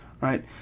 right